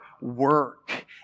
work